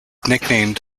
nicknamed